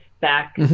back